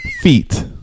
feet